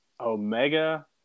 Omega